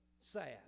sad